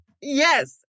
Yes